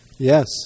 Yes